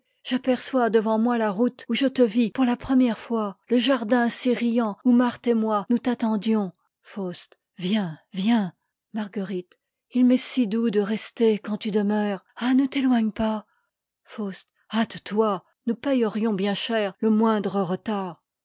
j'aperçois devant moi la route où je te vis pour la première fois le jardin si riant où marthe et moi nous t'attendions faust viens viens h m'est si doux de rester quand tu demeures ah ne t'étoigne pas hâte-toi nous payerions bien cher le moindre n retard